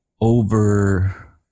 over